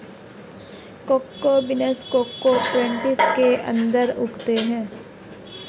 cocoa beans cocoa pods के अंदर उगते हैं